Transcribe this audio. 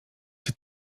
czy